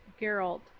Geralt